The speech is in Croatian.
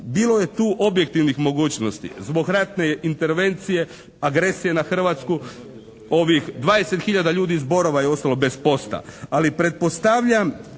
Bilo je tu objektivnih mogućnosti. Zbog ratne intervencije agresije na Hrvatsku ovih 20 hiljada ljudi iz Borava je ostalo bez posla. Ali pretpostavljam